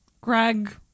Greg